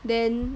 then